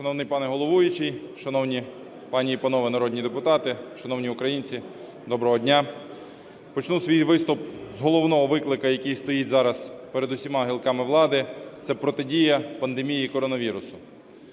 Шановний пане головуючий, шановні пані і панове народні депутати, шановні українці, доброго дня! Почну свій виступ з головного виклику, який стоїть зараз перед усіма гілками влади – це протидія пандемії коронавірусу.